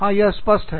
हां यह स्पष्ट है